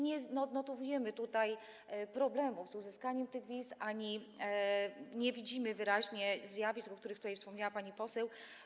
Nie odnotowujemy problemów z uzyskiwaniem tych wiz ani nie widzimy wyraźnie zjawisk, o których tutaj wspomniała pani poseł.